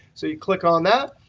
so you click on that,